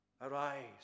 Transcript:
arise